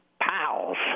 pals